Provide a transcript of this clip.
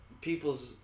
people's